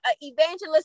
evangelist